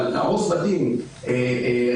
אבל להרוס בתים רנדומלית,